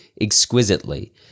exquisitely